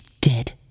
dead